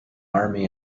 army